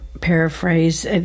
paraphrase